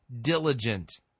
diligent